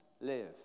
live